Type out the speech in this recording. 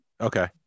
Okay